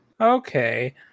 Okay